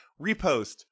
Repost